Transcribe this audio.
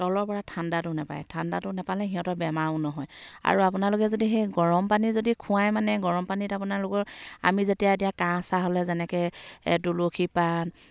তলৰপৰা ঠাণ্ডাটো নেপায় ঠাণ্ডাটো নেপালে সিহঁতৰ বেমাৰো নহয় আৰু আপোনালোকে যদি সেই গৰমপানী যদি খোৱায় মানে গৰমপানীত আপোনালোকৰ আমি যেতিয়া এতিয়া কাহ চাহ হ'লে যেনেকৈ তুলসীপাত